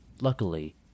Luckily